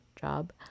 job